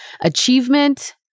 achievement